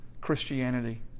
Christianity